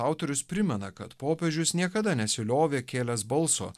autorius primena kad popiežius niekada nesiliovė kėlęs balso